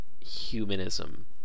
humanism